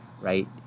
right